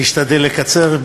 אני אשתדל לקצר,